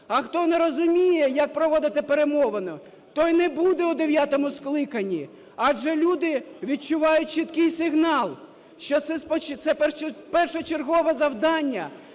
А хто не розуміє, як проводити перемовини, той не буде у дев'ятому скликанні. Адже люди відчувають чіткий сигнал, що це першочергове завдання